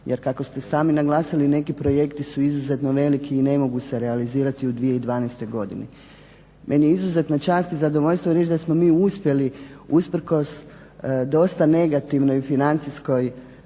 Jer kako ste sami naglasili neki projekti su izuzetno veliki i ne mogu se realizirati u 2012. godini. Meni je izuzetna čast i zadovoljstvo reći da smo mi uspjeli usprkos dosta negativnoj financijskoj